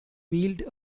wheeled